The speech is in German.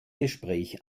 gespräch